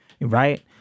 right